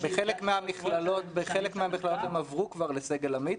בחלק מהמכללות הם כבר עברו להיות סגל עמית,